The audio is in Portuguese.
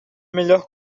melhor